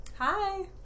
hi